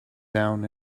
down